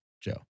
Joe